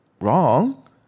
wrong